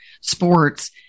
sports